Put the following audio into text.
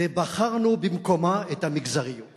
ובחרנו במקומה את המגזריות